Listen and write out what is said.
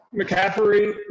McCaffrey